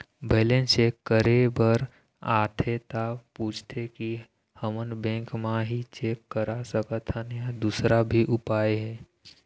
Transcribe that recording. Balance check करे बर आथे ता पूछथें की हमन बैंक मा ही चेक करा सकथन या दुसर भी उपाय हे?